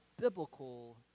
biblical